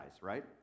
right